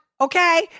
Okay